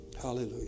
Hallelujah